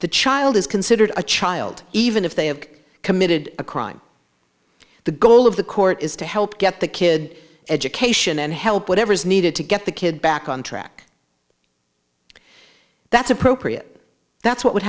the child is considered a child even if they have committed a crime the goal of the court is to help get the kid education and help whatever is needed to get the kid back on track that's appropriate that's what would